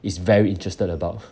is very interested about